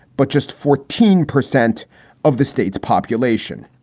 but just fourteen percent of the state's population.